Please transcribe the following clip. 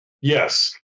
Yes